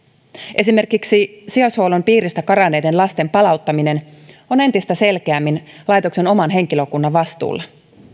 esimerkiksi sijaishuollon piiristä karanneiden lasten palauttaminen on entistä selkeämmin laitoksen oman henkilökunnan vastuulla